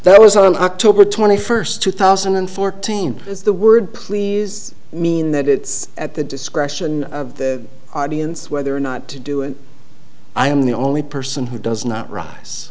that was on october twenty first two thousand and fourteen is the word please mean that it's at the discretion of the audience whether or not to do it i am the only person who does not rise